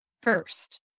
first